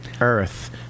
Earth